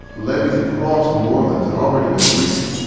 levees across new orleans had already been breached,